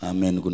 Amen